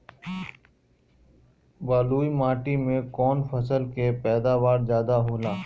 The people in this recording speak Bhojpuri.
बालुई माटी में कौन फसल के पैदावार ज्यादा होला?